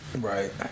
right